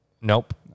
Nope